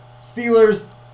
Steelers